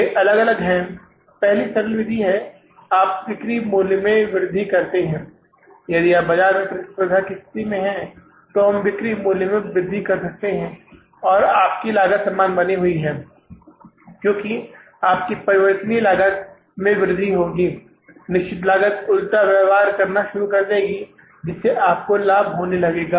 वे अलग अलग हैं पहली सरल विधि है आप विक्रय मूल्य में वृद्धि करते हैं यदि आप बाजार में प्रतिस्पर्धी स्थिति में हैं तो हम विक्रय मूल्य में वृद्धि कर सकते हैं और आपकी लागत समान बनी हुई है क्योंकि आपकी परिवर्तनीय लागत में वृद्धि होगी निश्चित लागत उलटा व्यवहार करना शुरू करेगी जिससे आपका लाभ होने लगेगा